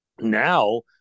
now